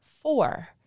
four